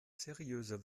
seriöser